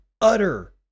utter